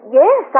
yes